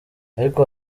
ariko